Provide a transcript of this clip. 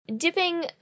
Dipping